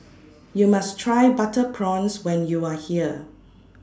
YOU must Try Butter Prawns when YOU Are here